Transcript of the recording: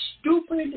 stupid